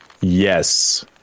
Yes